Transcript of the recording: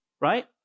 Right